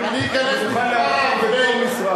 סוגים, ואני אוכל להרחיב לגבי כל משרד.